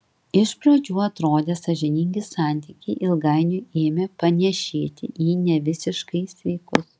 iš pradžių atrodę sąžiningi santykiai ilgainiui ėmė panėšėti į nevisiškai sveikus